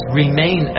remain